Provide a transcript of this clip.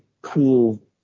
cool